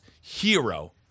hero